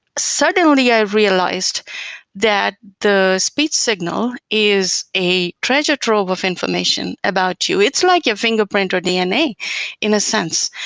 suddenly i realized that the speech signal is a treasure trove of information about you. it's like your fingerprint or dna in a sense.